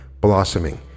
blossoming